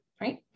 right